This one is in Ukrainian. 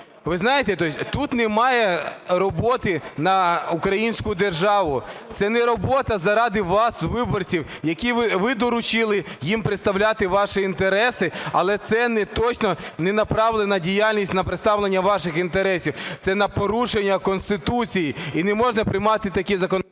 Ви знаєте, тут немає роботи на українську державу, це не робота заради вас, виборців, які ви доручили їм представляти ваші інтереси, але це точно не направлена діяльність на представлення ваших інтересів, це на порушення Конституції. І не можна приймати такий… ГОЛОВУЮЧИЙ.